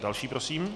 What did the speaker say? Další prosím?